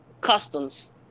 customs